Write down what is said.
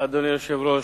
אדוני היושב-ראש,